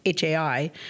HAI